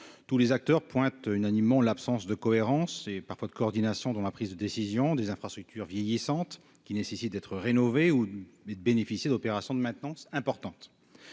tous les acteurs unanimement l'absence de cohérence et parfois de coordination dont la prise de décision des infrastructures vieillissantes qui nécessitent d'être rénovés ou mais de bénéficier d'opérations de maintenance importante,